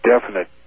definite